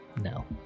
no